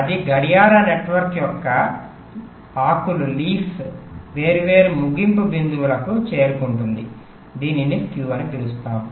అది గడియార నెట్వర్క్ యొక్క ఆకుల వేర్వేరు ముగింపు బిందువులకు చేరుకుంటుంది దీనిని skew అని పిలుస్తారు